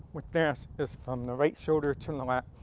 with this is from the right shoulder to the left